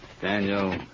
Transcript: Daniel